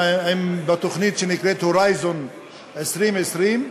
בתוכנית שנקראת "הורייזן 2020",